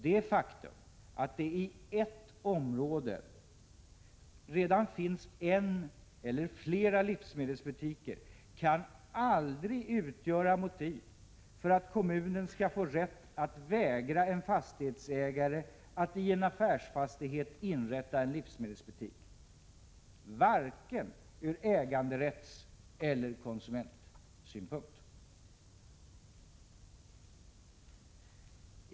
Det faktum att det i ett område redan finns en eller flera livsmedelsbutiker kan aldrig utgöra motiv för att kommunen skall få rätt att vägra en fastighetsägare att i en affärsfastighet inrätta en livsmedelsbutik — varken ur äganderättseller konsumentsynpunkt.